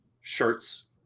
shirts